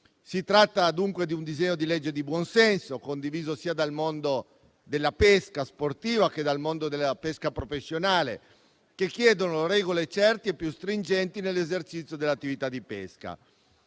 Si tratta, dunque, di un disegno di legge di buon senso, condiviso sia dal mondo della pesca sportiva che dal mondo della pesca professionale, che chiedono regole certe e più stringenti nell'esercizio dell'attività di pesca.